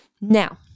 Now